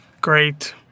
Great